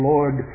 Lord